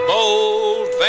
Bold